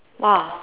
!wah!